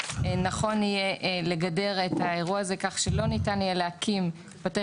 נכון יהיה לגדר את האירוע הזה כך שלא ניתן יהיה להקים בתי